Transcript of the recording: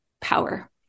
power